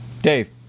Dave